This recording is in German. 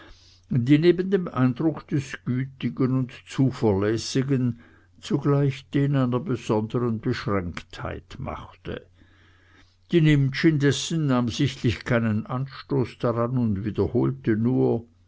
die neben dem eindruck des gütigen und zuverlässigen zugleich den einer besonderen beschränktheit machte die nimptsch indessen nahm sichtlich keinen anstoß daran und wiederholte nur